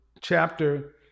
chapter